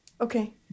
okay